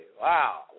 Wow